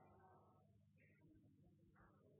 er å